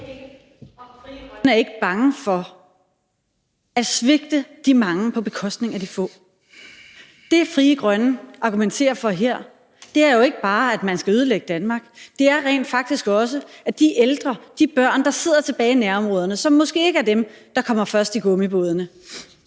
er ikke bange for at svigte de mange på bekostning af de få. Det, Frie Grønne argumenterer for her, er jo ikke bare, at man skal ødelægge Danmark. Det er rent faktisk også, at de ældre og de børn, der sidder tilbage i nærområderne, som måske ikke er dem, der kommer først i gummibådene,